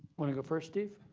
want to go first, steve?